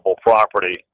property